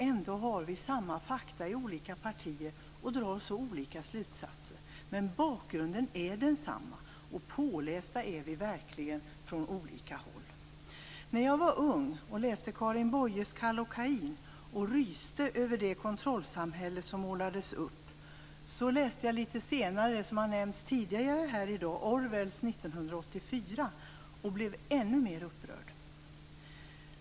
Vi har samma fakta i olika partier och drar ändå så olika slutsatser. Men bakgrunden är densamma. Och pålästa är vi verkligen från olika håll. När jag var ung läste jag Karin Boyes Kallocain och ryste över det kontrollsamhälle som målades upp. Litet senare läste jag den bok som har nämnts tidigare här i dag, Orwells 1984, och blev ännu mer upprörd.